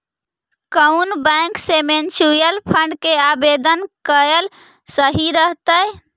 कउन बैंक से mutual fund के आवेदन कयल सही रहतई?